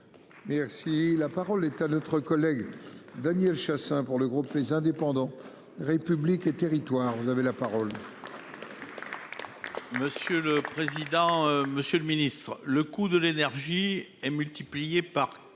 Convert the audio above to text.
Merci la parole est à notre collègue Daniel Chassain pour le groupe les indépendants République et Territoires, vous avez la parole.